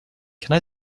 can